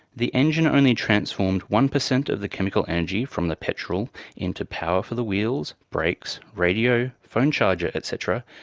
the engine only transformed one percent of the chemical energy from the petrol into power for the wheels, brakes, radio, phone charger, etc,